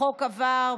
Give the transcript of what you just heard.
החוק עבר.